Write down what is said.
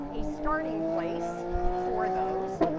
a starting place for those.